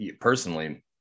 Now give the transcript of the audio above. personally